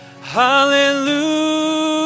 Hallelujah